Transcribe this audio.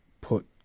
put